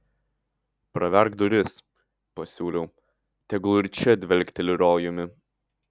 praverk duris pasiūliau tegul ir čia dvelkteli rojumi